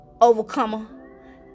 overcomer